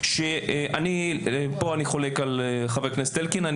פה אני חולק על חבר הכנסת אלקין.